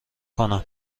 کنم